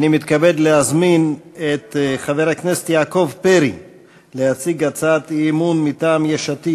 אני מתכבד להזמין את חבר הכנסת יעקב פרי להציג הצעת אי-אמון מטעם יש עתיד: